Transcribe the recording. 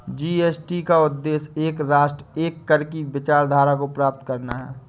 GST का उद्देश्य एक राष्ट्र, एक कर की विचारधारा को प्राप्त करना है